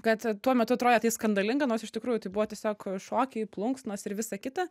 kad tuo metu atrodė tai skandalinga nors iš tikrųjų tai buvo tiesiog šokiai plunksnos ir visa kita